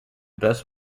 best